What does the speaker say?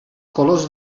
colors